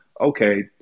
okay